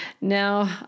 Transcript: Now